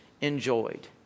enjoyed